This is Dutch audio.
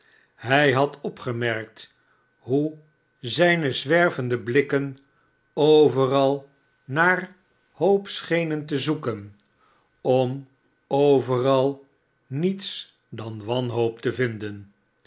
hij had opgemerkt hoe zijne zwervende blikken overal naar hoop schenen te zoeken om overaj niets dan wanhoop te vinden